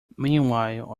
meanwhile